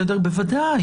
בוודאי.